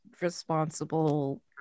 responsible